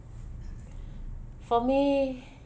for me